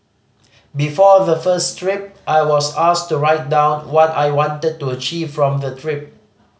before the first trip I was asked to write down what I wanted to achieve from the trip